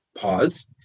pause